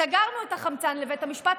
סגרנו את החמצן לבית המשפט,